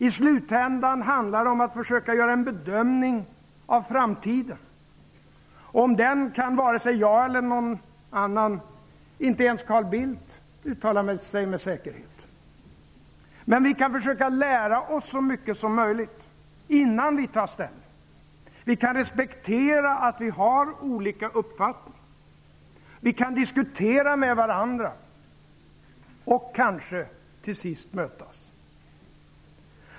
I slutändan handlar det om att försöka göra en bedömning av framtiden. Och om den kan inte vare sig jag eller någon annan -- inte ens Carl Bildt -- uttala sig med säkerhet. Men vi kan försöka lära oss så mycket som möjligt, innan vi tar ställning. Vi kan respektera att vi har olika uppfattning. Vi kan diskutera med varandra. Och vi kan kanske till sist mötas.